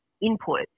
input